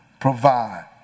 Provide